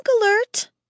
alert